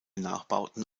nachbauten